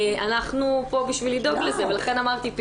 אנחנו פה בשביל לדאוג לזה ולכן אמרתי,